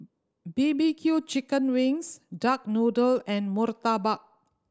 B B Q chicken wings duck noodle and murtabak